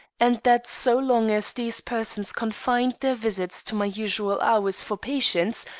and that so long as these persons confined their visits to my usual hours for patients,